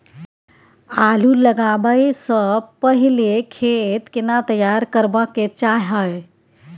आलू लगाबै स पहिले खेत केना तैयार करबा के चाहय?